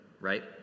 right